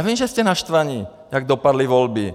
Já vím, že jste naštvaní, jak dopadly volby.